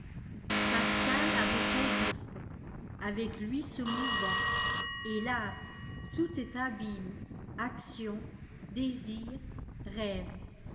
pascal avait son gouffre avec lui se mouvant hélas i tout est abîme action désir rêve